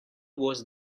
was